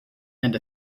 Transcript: and